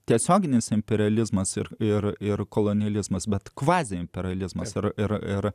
tiesioginės imperializmas ir ir ir kolonializmas bet kvaziimperializmas ir